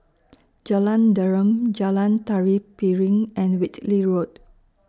Jalan Derum Jalan Tari Piring and Whitley Road